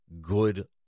good